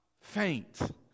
faint